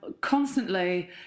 constantly